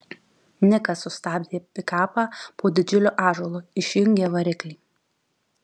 nikas sustabdė pikapą po didžiuliu ąžuolu išjungė variklį